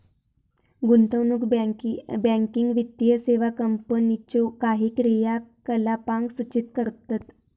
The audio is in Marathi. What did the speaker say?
गुंतवणूक बँकिंग वित्तीय सेवा कंपनीच्यो काही क्रियाकलापांक सूचित करतत